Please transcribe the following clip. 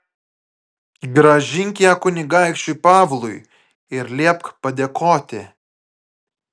grąžink ją kunigaikščiui pavlui ir liepk padėkoti